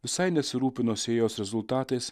visai nesirūpino sėjos rezultatais